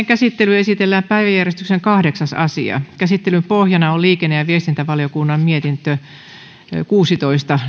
käsittelyyn esitellään päiväjärjestyksen kahdeksas asia käsittelyn pohjana on liikenne ja viestintävaliokunnan mietintö kuusitoista